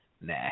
nah